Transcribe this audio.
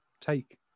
take